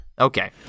Okay